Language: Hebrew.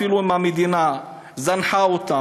אפילו אם המדינה זנחה אותם,